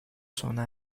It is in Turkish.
sona